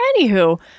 Anywho